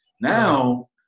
Now